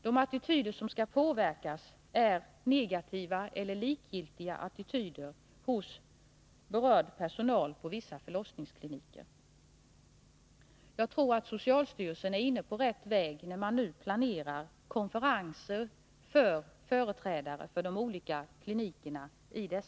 Det som skall påverkas är negativa eller likgiltiga attityder hos berörd personal på vissa förlossningskliniker. Jag tror att socialstyrelsen är inne på rätt väg, när den nu planerar konferenser i dessa frågor för företrädare för de olika klinikerna.